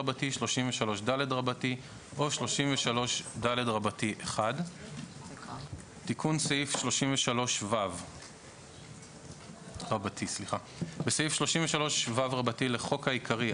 33ד או 33ד1". תיקון סעיף 33ו 5. בסעיף 33ו לחוק העיקרי,